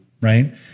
right